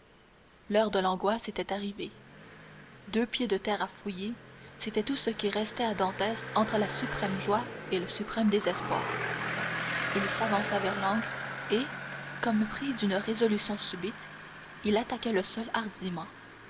l'heure de l'angoisse était arrivée deux pieds de terre à fouiller c'était tout ce qui restait à dantès entre la suprême joie et le suprême désespoir il s'avança vers l'angle et comme pris d'une résolution subite il attaqua le sol hardiment